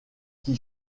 qui